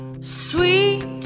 sweet